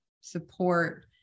support